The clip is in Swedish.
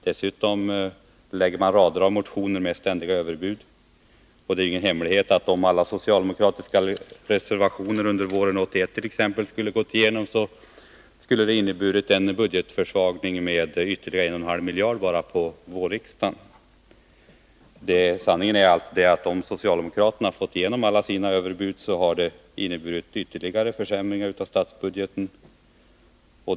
Dessutom väcker man en rad motioner med ständiga överbud. Det är ingen hemlighet att om alla socialdemokratiska reservationer som framfördes t.ex. under våren 1981 skulle ha gått igenom, så skulle det ha inneburit en budgetförsvagning med ytterligare 1,5 miljarder bara under vårriksdagen. Sanningen är att om socialdemokraterna hade fått igenom alla sina överbud, så hade det inneburit ytterligare försämringar av statsbudgeten.